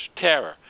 terror